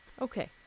Okay